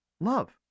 Love